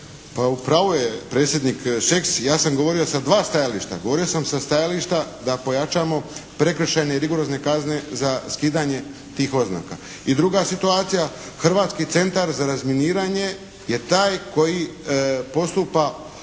pravu je predsjednik Šeks. Ja sam govorio sa dva stajališta. Govorio sam sa stajališta da pojačamo prekršajne i rigorozne kazne za skidanje tih oznaka. I druga situacija, Hrvatski centar za razminiranje je taj koji postupa